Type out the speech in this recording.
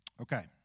Okay